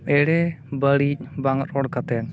ᱮᱲᱮ ᱵᱟᱹᱲᱤᱡ ᱵᱟᱝ ᱨᱚᱲ ᱠᱟᱛᱮᱫ